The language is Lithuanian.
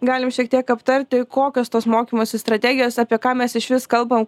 galim šiek tiek aptarti kokios tos mokymosi strategijos apie ką mes išvis kalbam